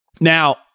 Now